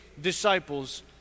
disciples